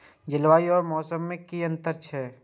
जलवायु और मौसम में कि अंतर छै?